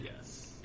Yes